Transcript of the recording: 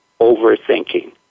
overthinking